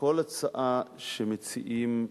כל הצעה שמציעים.